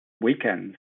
weekends